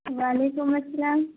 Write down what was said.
وعلیکم السلام